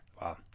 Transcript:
Wow